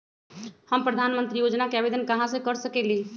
हम प्रधानमंत्री योजना के आवेदन कहा से कर सकेली?